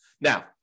Now